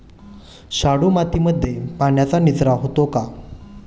शाडू मातीमध्ये पाण्याचा निचरा होतो का?